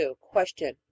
Question